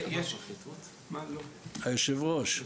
היושב-ראש,